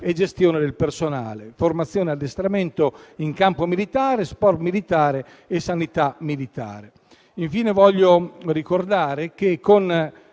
e gestione del personale; formazione e addestramento in campo militare; sanità militare e sport militare. Infine, voglio ricordare che, con